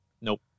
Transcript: Nope